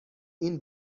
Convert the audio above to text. این